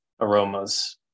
aromas